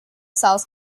cells